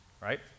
right